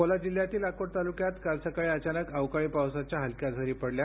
अकोला जिल्ह्यातील अकोट तालुक्यात काल सकाळी अचानक अवकाळी पावसाच्या हलक्या सरी पडल्या